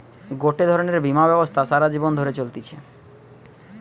গটে ধরণের বীমা ব্যবস্থা সারা জীবন ধরে চলতিছে